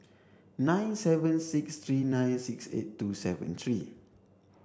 nine seven six three nine six eight two seven three